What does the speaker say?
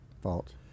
Fault